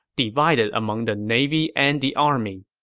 divided among the navy and the army.